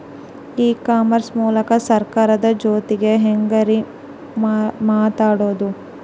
E commerce ಮೂಲಕ ಸರ್ಕಾರದ ಜೊತಿಗೆ ಹ್ಯಾಂಗ್ ರೇ ಮಾತಾಡೋದು?